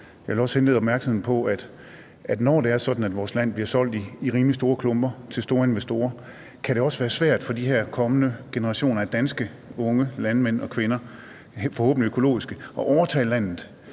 Jeg vil også henlede opmærksomheden på, at når det er sådan, at vores land bliver solgt i rimelig store klumper til store investorer, kan det også være svært for de her kommende generationer af unge danske landmænd og -kvinder – forhåbentlig økologiske – at overtage landet,